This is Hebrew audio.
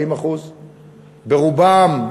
40%. ברובם,